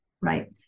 right